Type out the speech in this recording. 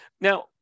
Now